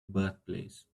birthplace